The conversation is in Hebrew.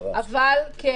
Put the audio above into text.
אבל כן